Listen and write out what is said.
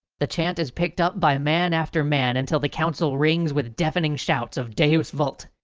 the chant is picked up by man after man until the council rings with deafening shouts of deus vult.